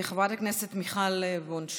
חברת הכנסת מיכל וונש.